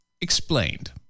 explained